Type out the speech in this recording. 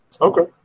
Okay